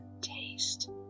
taste